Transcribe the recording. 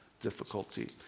difficulty